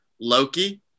Loki